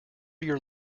your